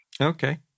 Okay